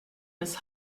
des